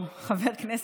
או חבר כנסת,